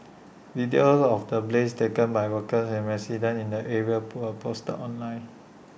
videos of the blaze taken by workers and residents in the area poor posted online